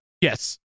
Yes